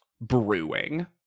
brewing